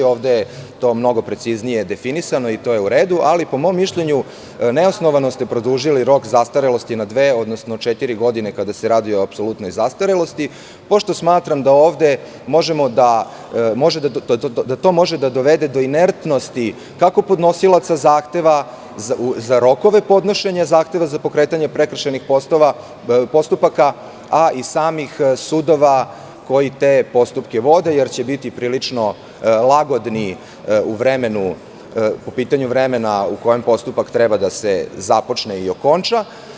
Ovde je to mnogo preciznije definisano i to je u redu. ali, po mom mišljenju, neosnovano ste produžili rok zastarelosti na dve, odnosno četiri godine kada se radi o apsolutnoj zastarelosti, pošto smatram da to može da dovode do inertnosti kako podnosilaca zahteva, za rokove podnošenja zahteva za pokretanje prekršajnih postupaka, a i samih sudovakoji te postupke vode, jer će biti prilično lagodni po pitanju vremena u kojem postupak treba da se započne i okonča.